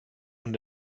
und